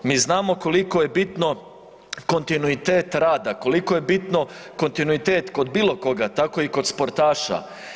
Mi znamo koliko je bitno kontinuitet rada koliko je bitno kontinuitet kod bilo koga, tako i kod sportaša.